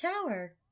Tower